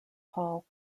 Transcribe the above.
paul